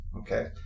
okay